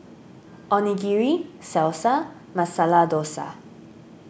Onigiri Salsa and Masala Dosa